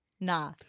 Nah